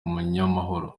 umunyamahoro